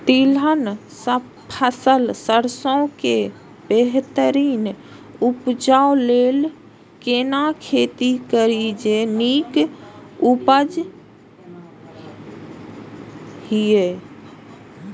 तिलहन फसल सरसों के बेहतरीन उपजाऊ लेल केना खेती करी जे नीक उपज हिय?